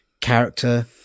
character